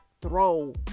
throw